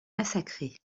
massacrée